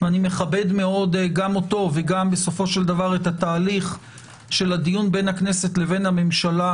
אני מכבד מאוד אותו וגם את התהליך של הדיון בין הכנסת לבין הממשלה,